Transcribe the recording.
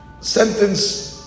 sentence